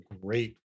great